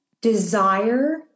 desire